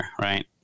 right